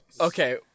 Okay